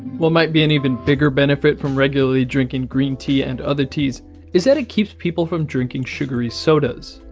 what might be an even bigger benefit from regularly drinking green tea and other teas is that it keeps people from drinking sugary sodas.